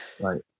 right